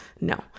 No